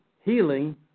healing